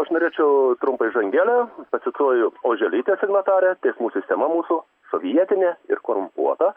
aš norėčiau trumpą įžangėlę pacituoju oželytę signatarę teismų sistema mūsų sovietinė ir korumpuota